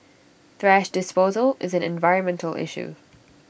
thrash disposal is an environmental issue